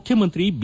ಮುಖ್ಯಮಂತ್ರಿ ಬಿ